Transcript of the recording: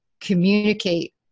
communicate